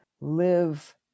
live